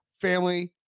family